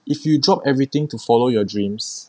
if you drop everything to follow your dreams